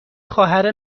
خواهر